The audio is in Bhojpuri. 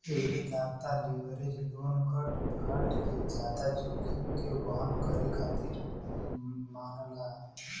ऋणदाता लीवरेज लोन क डिफ़ॉल्ट के जादा जोखिम के वहन करे खातिर मानला